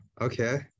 Okay